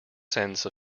sense